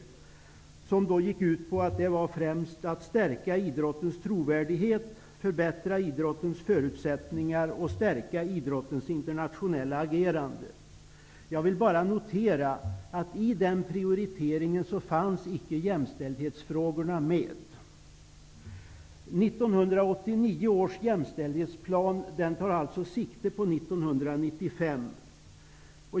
Prioriteringarna gick ut på att stärka idrottens trovärdighet, förbättra idrottens förutsättningar och stärka idrottens internationella agerande. Jag vill bara notera att i den prioriteringen finns icke jämställdhetsfrågorna med. 1989 års jämställdhetsplan tar alltså sikte på 1995.